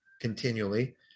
continually